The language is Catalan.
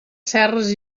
serres